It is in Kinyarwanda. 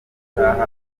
atarabona